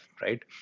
right